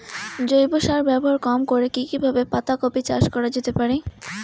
জৈব সার ব্যবহার কম করে কি কিভাবে পাতা কপি চাষ করা যেতে পারে?